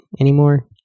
anymore